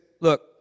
look